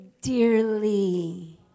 dearly